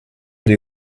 des